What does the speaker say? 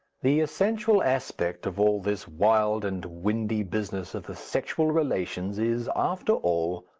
the essential aspect of all this wild and windy business of the sexual relations is, after all,